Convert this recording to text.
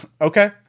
Okay